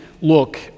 look